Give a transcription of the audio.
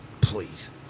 please